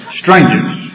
strangers